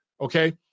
okay